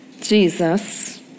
Jesus